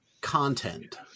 content